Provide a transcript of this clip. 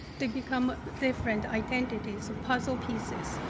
they become different identities, puzzle pieces.